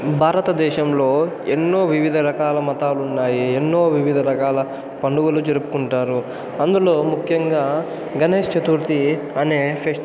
భారతదేశంలో ఎన్నో వివిధ రకాల మతాలు ఉన్నాయి ఎన్నో వివిధ రకాల పండుగలు జరుపుకుంటారు అందులో ముఖ్యంగా గణేష్ చతుర్థి అనే ఫెస్ట్